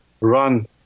run